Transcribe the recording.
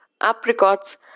apricots